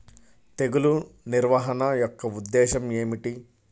తెగులు నిర్వహణ యొక్క ఉద్దేశం ఏమిటి?